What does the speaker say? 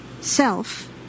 Self